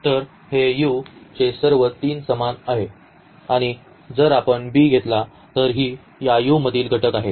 तर हे U चे सर्व तीन समान आहेत आणि जर आपण b घेतला तर ही या U मधील घटक आहे